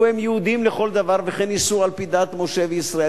שהם יהודים לכל דבר וכן נישאו על-פי דת משה וישראל.